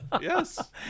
yes